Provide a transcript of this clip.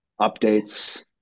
updates